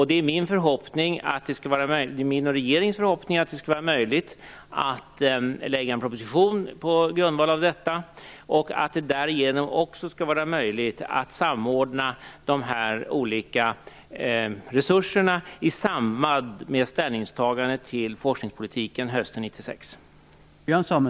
Det är min och regeringens förhoppning att det skall vara möjligt att lägga fram en proposition på grundval av detta och att det därigenom också skall vara möjligt att samordna dessa olika resurser i samband med ställningstagandet till forskningspolitiken hösten 1996.